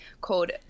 called